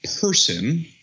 person